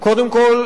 קודם כול,